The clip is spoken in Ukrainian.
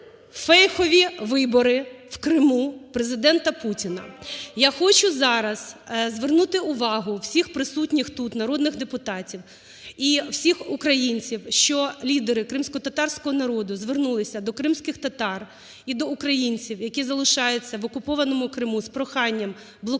вибори в Криму Президента Путіна. Я хочу зараз звернути увагу всіх присутніх тут народних депутатів і всіх українців, що лідери кримськотатарського народу звернулися до кримських татар і до українців, які залишилися в окупованому Криму, з проханням блокувати